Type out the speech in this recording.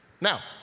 Now